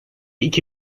iki